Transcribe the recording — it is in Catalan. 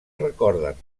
recorden